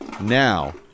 now